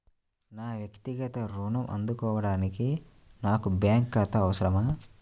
నా వక్తిగత ఋణం అందుకోడానికి నాకు బ్యాంక్ ఖాతా అవసరమా?